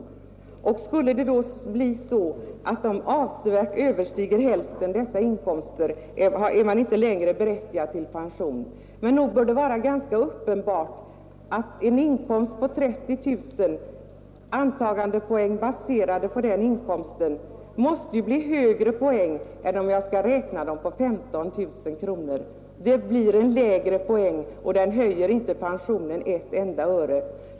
Ifall inkomsterna då visar sig betydligt överstiga hälften, så är man inte längre berättigad till pension. Men nog bör det vara ganska uppenbart att antalet antagandepoäng baserade på en inkomst på 30 000 kronor måste bli högre än om jag skall räkna dem på 15 000 kronor. Det skulle ge mindre poäng och inte höja pensionen med ett enda öre.